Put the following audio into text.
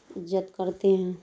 عزت کرتے ہیں